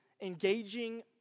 engaging